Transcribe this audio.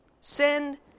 Send